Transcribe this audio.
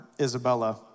Isabella